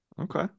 Okay